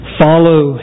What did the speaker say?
follow